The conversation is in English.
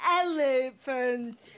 elephant